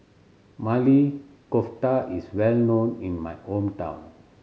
Maili Kofta is well known in my hometown